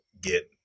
get